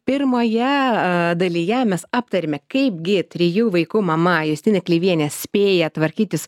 pirmoje dalyje mes aptarėme kaipgi trijų vaikų mama justina kleivienė spėja tvarkytis